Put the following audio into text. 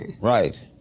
Right